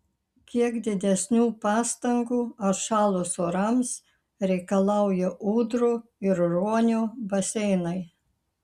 kiek didesnių pastangų atšalus orams reikalauja ūdrų ir ruonio baseinai